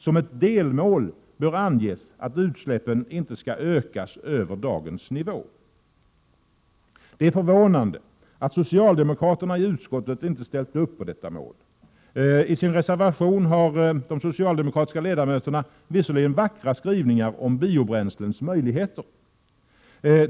Som ett delmål bör anges att utsläppen inte skall ökas över dagens nivå. Det är förvånande att socialdemokraterna i utskottet inte ställt upp på detta mål. I sin reservation har de socialdemokratiska ledamöterna visserli 13 gen vackra skrivningar om biobränslens möjligheter.